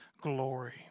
glory